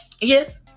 Yes